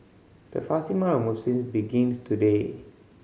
the fasting month Muslims begins today